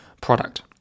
product